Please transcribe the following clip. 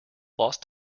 lost